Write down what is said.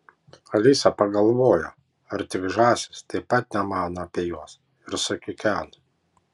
alisa pagalvojo ar tik žąsys taip pat nemano apie juos ir sukikeno